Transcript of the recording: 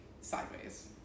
sideways